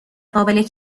قابل